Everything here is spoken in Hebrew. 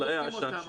פה